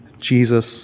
Jesus